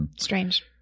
Strange